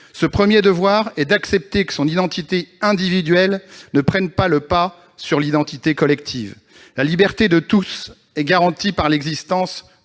Ce premier devoir est d'accepter que son identité individuelle ne prenne pas le pas sur l'identité collective. La liberté de tous est garantie par l'existence